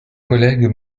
collègue